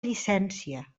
llicència